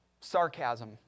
sarcasm